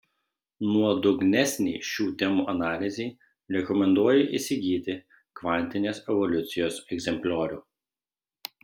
nuodugnesnei šių temų analizei rekomenduoju įsigyti kvantinės evoliucijos egzempliorių